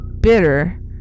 bitter